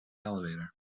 elevator